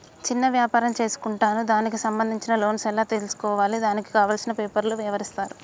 చిన్న వ్యాపారం చేసుకుంటాను దానికి సంబంధించిన లోన్స్ ఎలా తెలుసుకోవాలి దానికి కావాల్సిన పేపర్లు ఎవరిస్తారు?